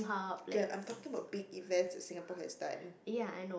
Jen I'm talking about big events that Singapore has done